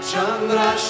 Chandra